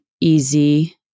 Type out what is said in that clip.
easy